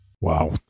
Wow